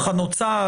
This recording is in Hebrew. מחנות צה"ל,